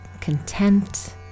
content